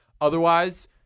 Otherwise